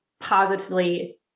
positively